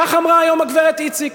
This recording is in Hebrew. כך אמרה היום הגברת איציק.